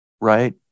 right